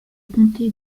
comté